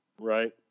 right